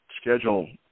schedule